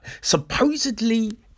Supposedly